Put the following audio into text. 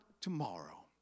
tomorrow